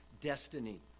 destiny